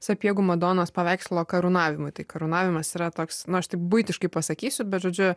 sapiegų madonos paveikslo karūnavimui tai karūnavimas yra toks nu aš taip buitiškai pasakysiu bet žodžiu